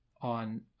on